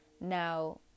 Now